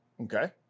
okay